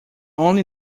only